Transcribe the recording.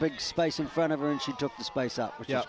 big space in front of her and she took the space up